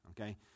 okay